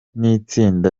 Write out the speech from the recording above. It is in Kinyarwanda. n’itsinda